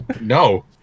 No